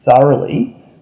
thoroughly